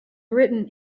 written